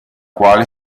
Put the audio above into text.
quale